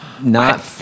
Not-